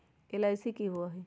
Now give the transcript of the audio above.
LIC की होअ हई?